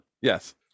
Yes